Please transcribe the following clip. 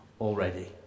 already